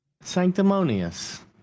sanctimonious